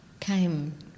came